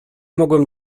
mogłem